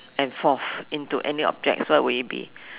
and forth into any objects what would it be